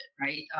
right